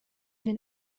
den